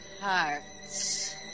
hearts